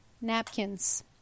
napkins